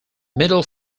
middle